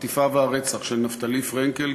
החטיפה והרצח של נפתלי פרנקל,